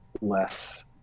less